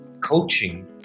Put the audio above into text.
Coaching